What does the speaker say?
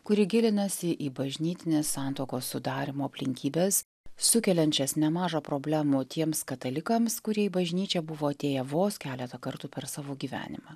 kuri gilinasi į bažnytinės santuokos sudarymo aplinkybes sukeliančias nemaža problemų tiems katalikams kurie į bažnyčią buvo atėję vos keletą kartų per savo gyvenimą